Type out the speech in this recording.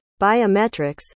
biometrics